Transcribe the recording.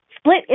Split